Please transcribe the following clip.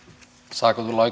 saa tulla